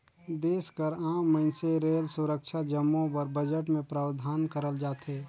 देस कर आम मइनसे रेल, सुरक्छा जम्मो बर बजट में प्रावधान करल जाथे